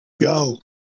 go